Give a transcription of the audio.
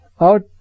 Out